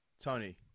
Tony